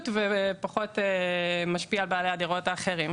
ופחות משפיע על בעלי הדירות האחרים,